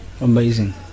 Amazing